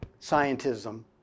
Scientism